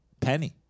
Penny